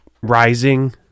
rising